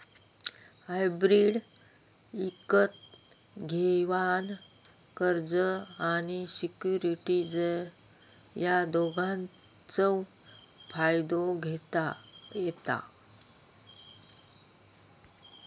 hybrid इकत घेवान कर्ज आणि सिक्युरिटीज या दोघांचव फायदो घेता येता